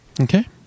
Okay